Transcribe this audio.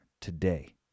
today